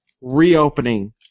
reopening